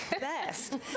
best